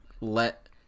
let